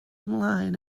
ymlaen